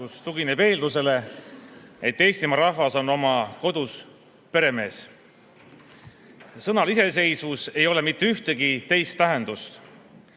tugineb eeldusele, et Eestimaa rahvas on oma kodus peremees. Sõnal "iseseisvus" ei ole mitte ühtegi teist tähendust.